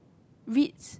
wheat